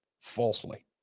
falsely